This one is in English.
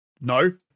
no